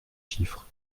chiffres